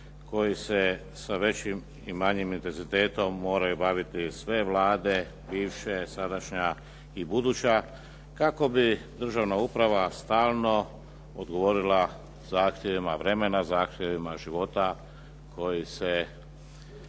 koji se sa većim i manjim intenzitetom moraju baviti sve vlade bivše, sadašnja i buduća kako bi državna uprava stalno odgovorila zahtjevima vremena, zahtjevima života koji se